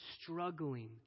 struggling